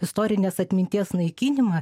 istorinės atminties naikinimą